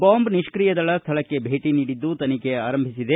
bomb ನಿಷ್ಣಿಯ ದಳ ಸ್ವಳಕ್ಕೆ ಭೇಟಿ ನೀಡಿದ್ದು ತನಿಖೆ ಆರಂಭಿಸಿದೆ